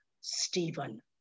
Stephen